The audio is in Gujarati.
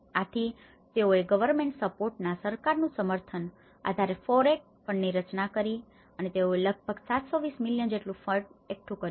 આથી તેઓએ ગવર્નમેન્ટ સપોર્ટના government support સરકારનું સમર્થન આધારે FOREC ફંડની રચના કરી અને તેઓએ લગભગ ૭૨૦ મિલિયન જેટલું ફંડ fund ભંડોળફાળો એકઠું કર્યું